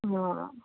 ಹಾಂ